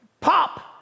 pop